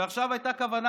ועכשיו הייתה כוונה